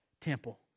temple